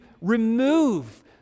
remove